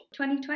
2020